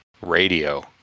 radio